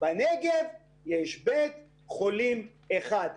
בנגב יש בית חולים אחד.